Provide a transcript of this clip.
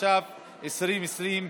התש"ף 2020,